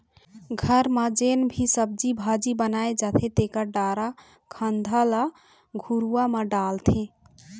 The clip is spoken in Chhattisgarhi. घर म जेन भी सब्जी भाजी बनाए जाथे तेखर डारा खांधा ल घुरूवा म डालथे